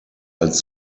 als